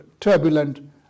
turbulent